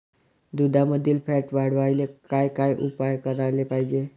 दुधामंदील फॅट वाढवायले काय काय उपाय करायले पाहिजे?